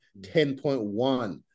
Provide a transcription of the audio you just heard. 10.1